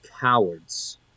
cowards